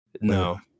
No